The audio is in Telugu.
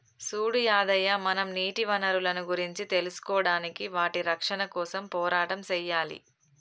సూడు యాదయ్య మనం నీటి వనరులను గురించి తెలుసుకోడానికి వాటి రక్షణ కోసం పోరాటం సెయ్యాలి